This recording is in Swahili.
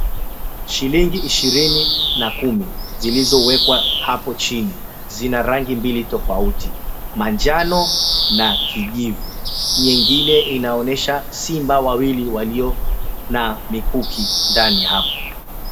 Shilingi ishirini na kumi zilizowekwa hapo chini zina rangi mbili tofauti; manjano na kijivu. Nyingine inaonyesha simba wawili walio na mikuki ndani hapo.